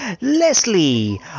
Leslie